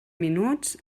minuts